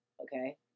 okay